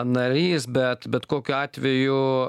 narys bet bet kokiu atveju